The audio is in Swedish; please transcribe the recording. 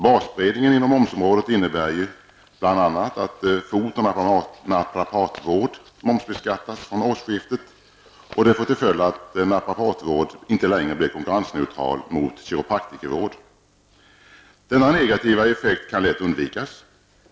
Basbreddningen inom momsområdet innebär ju bl.a. att fot och naprapatvård momsbeskattas från årsskiftet. Det får till följd att naprapatvård inte längre blir konkurrensneutral mot kiropraktikervård. Denna negativa effekt kan lätt undvikas.